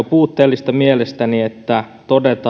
puutteellista että todetaan